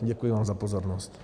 Děkuji vám za pozornost.